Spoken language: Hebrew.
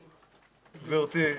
גברתי,